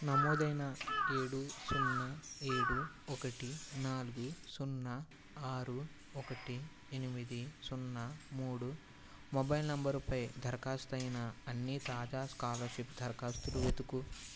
నమోదైన ఏడు సున్నా ఏడు ఒకటి నాలుగు సున్నా ఆరు ఒకటి ఎనిమిది సున్నా మూడు మొబైల్ నంబరుపై దరఖాస్తయిన అన్ని తాజా స్కాలర్షిప్ దరఖాస్తులు వెతుకు